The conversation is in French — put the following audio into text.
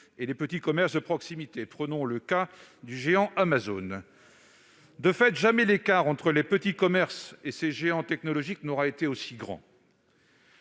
et les petits commerces de proximité, comme le montre le cas du géant Amazon. De fait, jamais l'écart entre les petits commerces et ces géants technologiques n'aura été aussi grand.